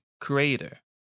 creator